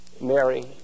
Mary